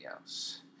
else